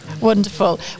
wonderful